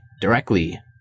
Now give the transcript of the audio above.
directly